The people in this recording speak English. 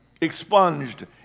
Expunged